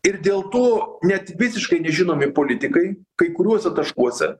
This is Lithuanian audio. ir dėl to net visiškai nežinomi politikai kai kuriuose taškuose